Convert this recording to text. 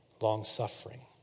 long-suffering